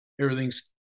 everything's